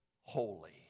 holy